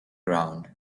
round